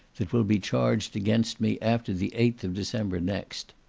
that will be charged against me after the eighth of december next.